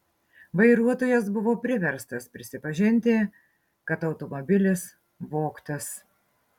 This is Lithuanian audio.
vairuotojas buvo priverstas prisipažinti kad automobilis vogtas